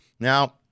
Now